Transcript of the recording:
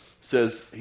says